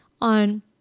on